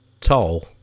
tall